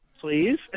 please